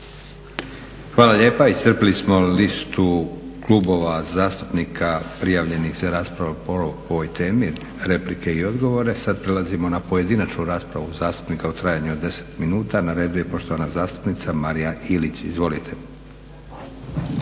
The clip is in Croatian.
Hvala lijepa. Iscrpili smo listu klubova zastupnika prijavljenih za raspravu po ovoj temi replike i odgovore. Sada prelazimo na pojedinačnu raspravu zastupnika u trajanju od 10 minuta. Na redu je poštovana zastupnica Marija Ilić, izvolite.